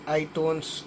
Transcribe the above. itunes